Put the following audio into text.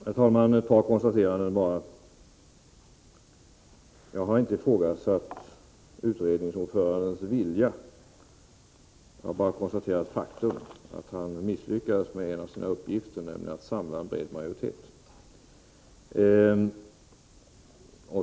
Herr talman! Bara ett par konstateranden. För det första: Jag har inte ifrågasatt utredningsordförandens vilja. Jag har bara konstaterat faktum att han misslyckades med en av sina uppgifter, att samla en bred majoritet.